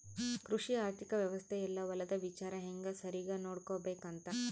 ಕೃಷಿ ಆರ್ಥಿಕ ವ್ಯವಸ್ತೆ ಯೆಲ್ಲ ಹೊಲದ ವಿಚಾರ ಹೆಂಗ ಸರಿಗ ನೋಡ್ಕೊಬೇಕ್ ಅಂತ